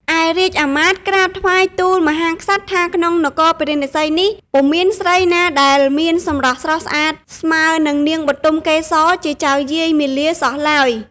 ឯរាជអាមាត្យក្រាបថ្វាយទូលមហាក្សត្រថាក្នុងនគរពារាណសីនេះពុំមានស្រីណាដែលមានសម្រស់ស្រស់ស្អាតស្មើនឹងនាងបុទមកេសរជាចៅយាយមាលាសោះឡើយ។